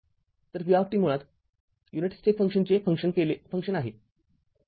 तर v मुळात unit step फंक्शनचे फंक्शन आहे